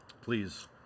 please